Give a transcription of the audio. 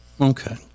Okay